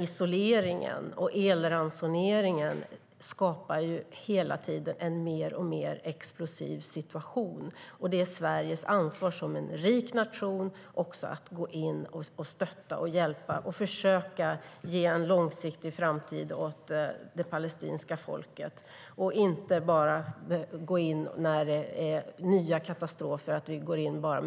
Isoleringen och elransoneringen skapar hela tiden en alltmer explosiv situation. Det är Sveriges ansvar som en rik nation att gå in och stötta och hjälpa och försöka att ge en långsiktig framtid åt det palestinska folket och inte bara gå in med